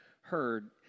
heard